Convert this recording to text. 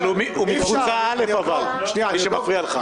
אבל הוא מקבוצה א', מי שמפריע לך.